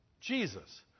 Jesus